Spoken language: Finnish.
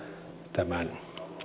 tämän